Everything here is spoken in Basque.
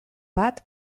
bat